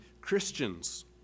Christians